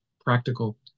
practical